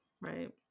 Right